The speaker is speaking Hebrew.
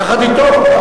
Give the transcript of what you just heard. יחד אתו.